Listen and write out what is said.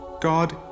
God